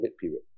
period